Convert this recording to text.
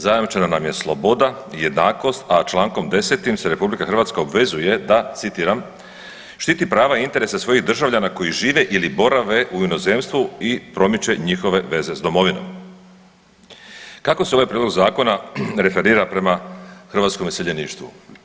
Zajamčena nam je sloboda, jednakost, a člankom 10. se Republika Hrvatska obvezuje da citiram: „Štiti prava i interese svojih državljana koji žive ili borave u inozemstvu i promiče njihove veze s domovinom.“ Kako se ovaj Prijedlog zakona referira prema hrvatskom iseljeništvu?